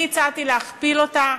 אני הצעתי להכפיל אותה,